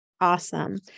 Awesome